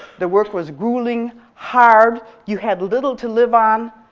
the work was grueling, hard, you had little to live on,